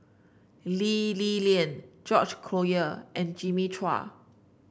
Lee Li Lian George Collyer and Jimmy Chua